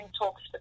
talks